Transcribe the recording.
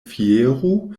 fieru